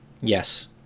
Yes